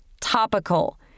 Topical